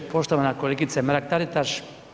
Poštovana kolegice Mrak-Taritaš.